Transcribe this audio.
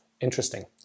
interesting